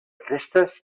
crestes